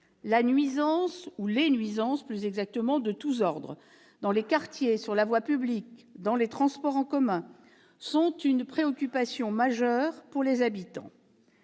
publique, les nuisances de tous ordres, dans les quartiers, sur la voie publique, dans les transports en commun, sont une préoccupation majeure pour les habitants.